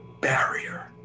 barrier